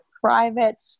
private